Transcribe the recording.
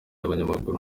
abanyamaguru